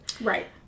Right